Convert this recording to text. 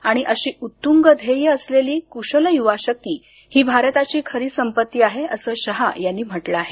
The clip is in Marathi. आणि अशी उत्तुंग ध्येय असलेली कुशल युवाशक्ती ही भारताची खरी संपत्ती आहे असं शहा यांनी म्हटलं आहे